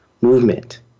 movement